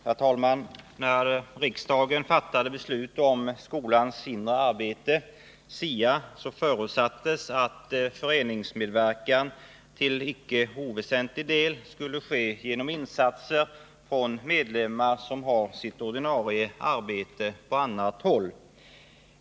Herr talman! När riksdagen fattade beslut om skolans inre arbete, SIA, förutsattes att föreningsmedverkan till icke oväsentlig del skulle ske genom insatser från medlemmar som har sitt ordinarie arbete på annat håll.